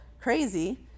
crazy